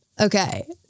Okay